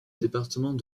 département